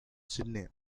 sydney